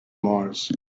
mars